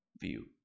view